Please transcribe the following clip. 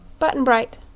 button-bright.